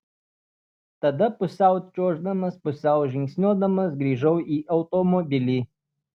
tada pusiau čiuoždamas pusiau žingsniuodamas grįžau į automobilį